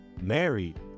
married